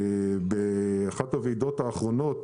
באחת הוועידות האחרונות,